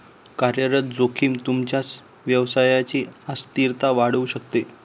कार्यरत जोखीम तुमच्या व्यवसायची अस्थिरता वाढवू शकते